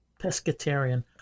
pescatarian